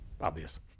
obvious